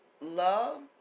love